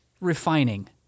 refining